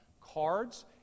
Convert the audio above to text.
cards